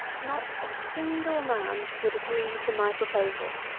not a single man would agree to my proposal!